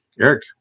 Eric